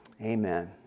Amen